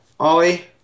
Ollie